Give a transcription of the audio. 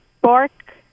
bark